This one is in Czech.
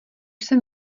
jsem